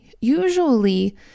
usually